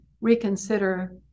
reconsider